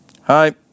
Hi